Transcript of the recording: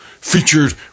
featured